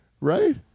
Right